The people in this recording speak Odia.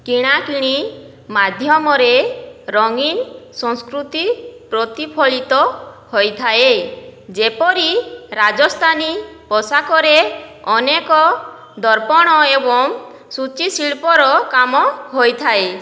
କିଣାକିଣି ମାଧ୍ୟମରେ ରଙ୍ଗୀନ ସଂସ୍କୃତି ପ୍ରତିଫଳିତ ହୋଇଥାଏ ଯେପରି ରାଜସ୍ଥାନୀ ପୋଷାକରେ ଅନେକ ଦର୍ପଣ ଏବଂ ସୂଚୀଶିଳ୍ପର କାମ ହୋଇଥାଏ